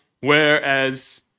Whereas